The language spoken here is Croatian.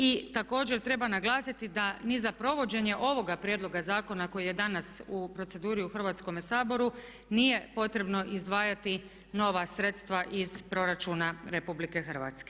I također treba naglasiti da ni za provođenje ovoga prijedloga zakona koji je danas u proceduri u Hrvatskome saboru nije potrebno izdvajati nova sredstva iz proračuna RH.